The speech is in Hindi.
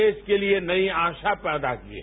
देश के लिए नई आशा पैदा की है